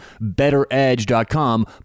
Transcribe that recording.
BetterEdge.com